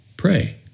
Pray